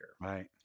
right